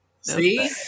See